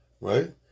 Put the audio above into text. right